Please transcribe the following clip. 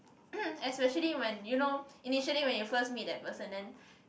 especially when you know initially when you first meet that person then